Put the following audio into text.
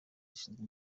zishinzwe